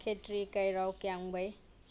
ꯈꯦꯇ꯭ꯔꯤ ꯀꯩꯔꯥꯎ ꯀ꯭ꯌꯥꯝꯒꯩ